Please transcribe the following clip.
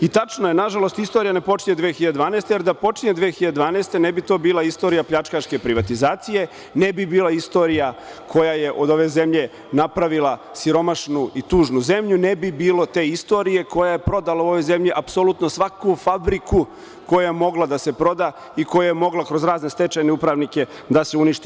I tačno je, nažalost, istorija ne počinje 2012. godine jer da počinje 2012, ne bi to bila istorija pljačkaške privatizacije, ne bi bila istorija koja je od ove zemlje napravila siromašnu i tužnu zemlju, ne bi bilo te istorije koja je prodala u ovoj zemlji apsolutno svaku fabriku koja je mogla da se proda i koja je mogla kroz razne stečajne upravnike da se uništi.